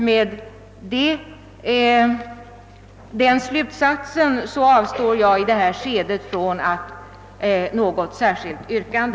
Med hänsyn härtill avstår jag från att ställa något särskilt yrkande.